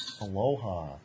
Aloha